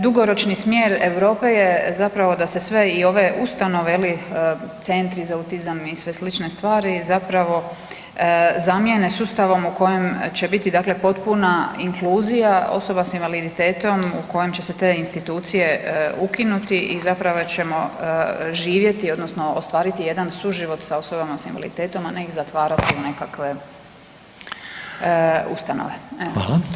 Dugoročni smjer Europe je zapravo da se sve i one ustanove, je li, centri za autizam i sve slične stvari zapravo zamijene sustavom u kojem će biti dakle potpuna inkluzija osoba s invaliditetom u kojem će se te institucije ukinuti i zapravo ćemo živjeti odnosno ostvariti jedan suživot s osobama s invaliditetom, a ne ih zatvarati u nekakve ustanove.